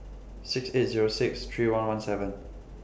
six eight Zero six three one one seven